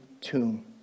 tomb